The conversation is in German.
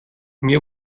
mir